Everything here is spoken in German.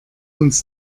uns